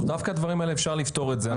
טוב, דווקא הדברים האלה אפשר לפתור את זה.